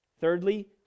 Thirdly